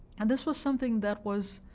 and this was something that was,